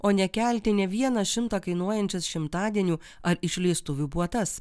o ne kelti ne vieną šimtą kainuojančios šimtadienių ar išleistuvių puotas